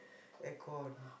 aircon